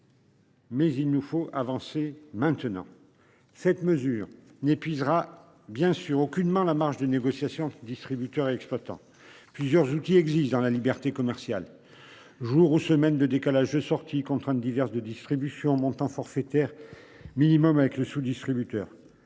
Mais il nous faut avancer maintenant. Cette mesure n'épuisera bien sûr aucunement la marge de négociation du distributeur et exploitant plusieurs outils existent dans la liberté commerciale jours ou semaines de décalage sorties contraintes diverses de distribution montant forfaitaire minimum avec le sous-, distributeur.